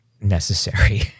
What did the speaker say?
necessary